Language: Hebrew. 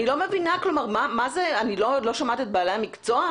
אני לא שומעת את בעלי המקצוע?